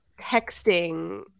texting